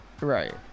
Right